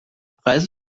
preise